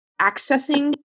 accessing